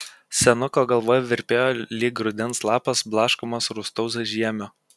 senuko galva virpėjo lyg rudens lapas blaškomas rūstaus žiemio